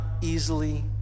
easily